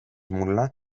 mulle